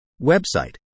Website